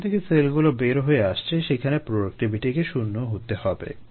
যেখান থেকে সেলগুলো বের হয়ে আসছে সেখানে প্রোডাক্টিভিটিকে শূন্য হতে হবে